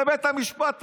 זה בית המשפט העליון.